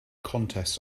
contests